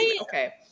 Okay